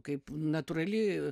kaip natūrali